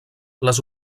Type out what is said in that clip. les